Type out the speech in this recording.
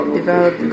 develop